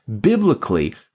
Biblically